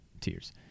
tears